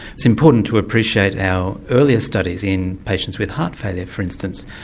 it's important to appreciate our earlier studies in patients with heart failure, for instance,